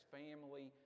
family